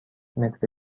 متر